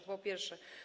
To po pierwsze.